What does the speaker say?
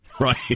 Right